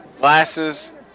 Glasses